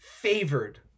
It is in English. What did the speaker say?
favored